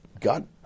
God